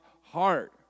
heart